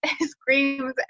screams